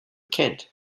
kent